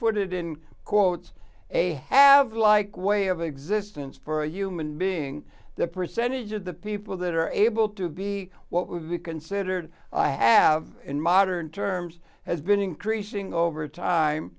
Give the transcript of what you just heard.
put it in quotes a have like way of existence for a human being the percentage of the people that are able to be what would be considered i have in modern terms has been increasing over time